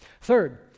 Third